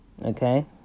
Okay